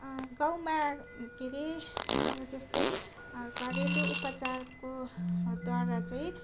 गाउँमा के अरे अब जस्तै घरेलु उपचारकोद्वारा